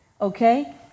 okay